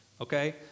okay